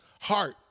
heart